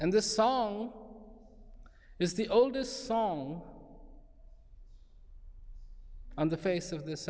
and this song it's the oldest song on the face of this